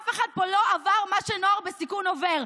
אף אחד פה לא עבר מה שנוער בסיכון עובר.